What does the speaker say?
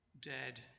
Dead